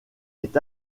est